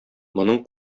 моның